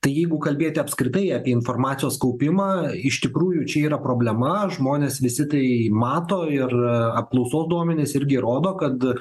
tai jeigu kalbėti apskritai apie informacijos kaupimą iš tikrųjų čia yra problema žmonės visi tai mato ir apklausos duomenys irgi rodo kad